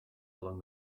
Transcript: along